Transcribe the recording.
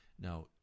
Now